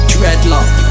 Dreadlock